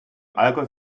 allgäu